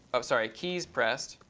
um sorry, keys pressed,